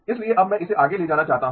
इसलिए अब मैं इसे आगे ले जाना चाहता हूं